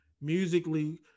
musically